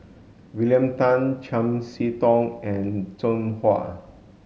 William Tan Chiam See Tong and Zhang Hui